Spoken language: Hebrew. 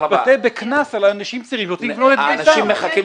בקנס על אנשים צעירים שלא יבנו את ביתם.